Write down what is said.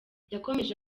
yakomeje